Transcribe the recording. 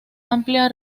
amplia